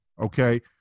Okay